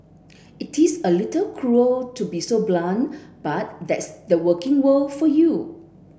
it is a little cruel to be so blunt but that's the working world for you